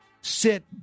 sit